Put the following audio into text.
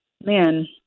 man